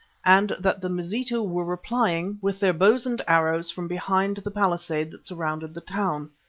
and that the mazitu were replying with their bows and arrows from behind the palisade that surrounded the town.